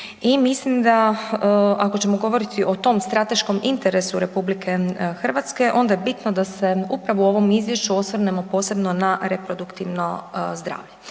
i mislim da, ako ćemo govoriti o tom strateškom interesu RH onda je bitno da se upravo u ovom izvješću osvrnemo posebno na reproduktivno zdravlje